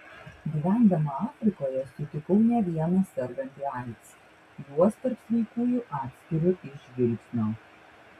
gyvendama afrikoje sutikau ne vieną sergantį aids juos tarp sveikųjų atskiriu iš žvilgsnio